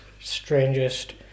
strangest